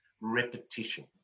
repetition